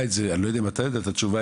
אני לא יודע אם אתה יודע את התשובה,